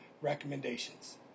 recommendations